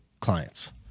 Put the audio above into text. clients